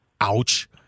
Ouch